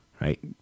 right